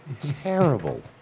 terrible